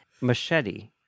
Machete